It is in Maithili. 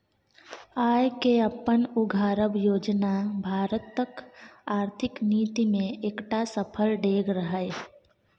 आय केँ अपने उघारब योजना भारतक आर्थिक नीति मे एकटा सफल डेग रहय